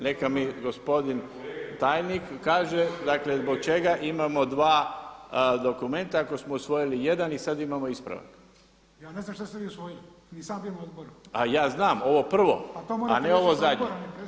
Neka mi gospodin tajnik kaže zbog čega imamo dva dokumenta ako smo usvojili jedan i sada imamo ispravak? … [[Upadica se ne razumije.]] A ja znam, ovo prvo, a ne ovo zadnje.